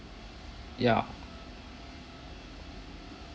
ya